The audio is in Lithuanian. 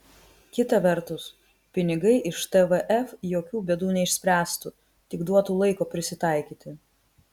kita vertus pinigai iš tvf jokių bėdų neišspręstų tik duotų laiko prisitaikyti